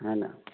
हइ ने